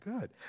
good